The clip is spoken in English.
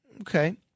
Okay